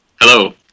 Hello